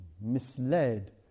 misled